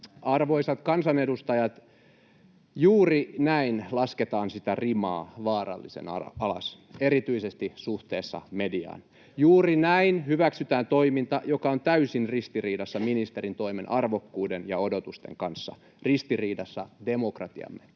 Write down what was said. Arvoisat kansanedustajat, juuri näin lasketaan sitä rimaa vaarallisen alas erityisesti suhteessa mediaan. [Perussuomalaisten ryhmästä: Te laskette!] Juuri näin hyväksytään toiminta, joka on täysin ristiriidassa ministerin toimen arvokkuuden ja odotusten kanssa, ristiriidassa demokratiamme